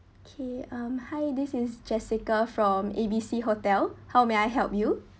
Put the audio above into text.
okay um hi this is jessica from A B C hotel how may I help you